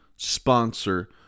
Sponsor